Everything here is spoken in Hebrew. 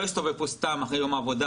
הלוא עובד לא יסתובב פה סתם אחרי יום העבודה,